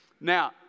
Now